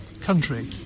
country